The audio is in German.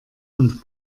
und